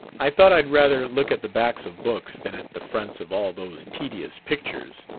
i thought i'd rather look at the backs of books than at the fronts of all those tedious pictures.